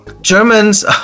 Germans